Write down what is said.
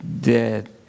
dead